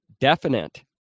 definite